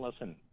Listen